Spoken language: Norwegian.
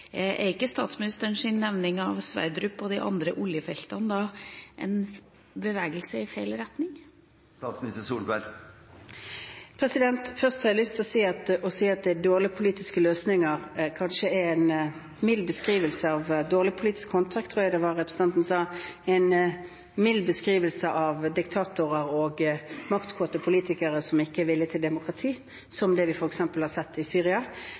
ikke statsministerens nevning av Sverdrup og de andre oljefeltene seg da i feil retning? Først har jeg lyst til å si at dårlige politiske løsninger – dårlig politisk håndverk, tror jeg representanten sa – kanskje er en mild beskrivelse av diktatorer og maktkåte politikere som ikke er villig til demokrati, som vi f.eks. har sett i Syria.